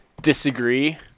disagree